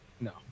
no